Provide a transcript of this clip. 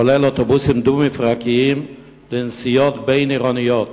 כולל אוטובוסים דו-מפרקיים, לנסיעות בין-עירוניות.